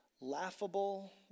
Laughable